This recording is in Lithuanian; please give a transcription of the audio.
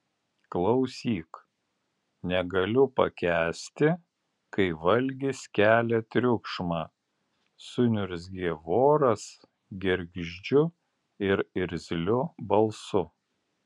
klausyk negaliu pakęsti kai valgis kelia triukšmą suniurzgė voras gergždžiu ir irzliu balsu